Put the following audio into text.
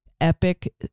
epic